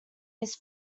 used